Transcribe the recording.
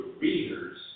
readers